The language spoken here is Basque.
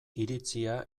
iritzia